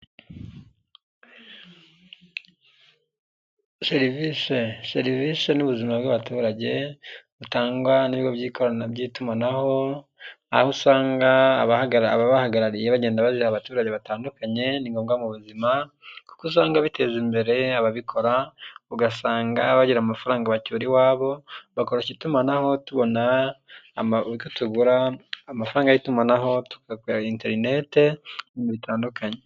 Serivise. serivise n'ubuzima bw'abaturage butangwa n'ibigo by'itumanaho, aho usanga ababahagarariye bagenda baha serivise abaturage batandukanye. Ni ngombwa mu buzima kuko usanga biteza imbere ababikora ugasanga bagira amafaranga bacyura iwabo, bakoroshya itumanaho tubona tugura amafaranga y'itumanaho tukagira internet mu bihe bitandukanye.